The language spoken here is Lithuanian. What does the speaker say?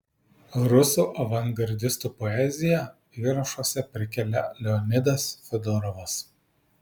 rusų avangardistų poeziją įrašuose prikelia leonidas fedorovas